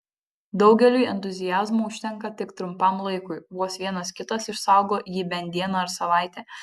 daugeliui entuziazmo užtenka tik trumpam laikui vos vienas kitas išsaugo jį bent dieną ar savaitę